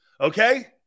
Okay